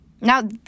Now